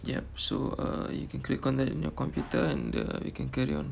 ya so err you can click on that in your computer and uh you can carry on